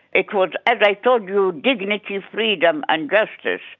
it was, as i told you, dignity, freedom and justice.